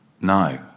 No